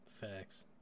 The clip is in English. Facts